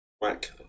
whack